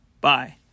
Bye